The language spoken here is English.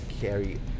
carry